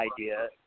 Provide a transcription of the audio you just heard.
idea